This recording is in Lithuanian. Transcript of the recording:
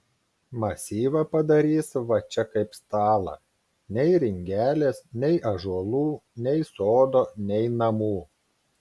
masyvą padarys va čia kaip stalą nei ringelės nei ąžuolų nei sodo nei namų